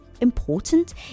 important